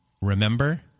remember